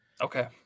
okay